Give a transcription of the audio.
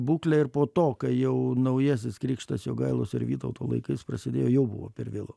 būklę ir po to kai jau naujasis krikštas jogailos ir vytauto laikais prasidėjo jau buvo per vėlu